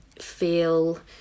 feel